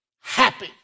happy